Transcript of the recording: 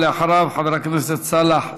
אחריו, חבר הכנסת סאלח סעד.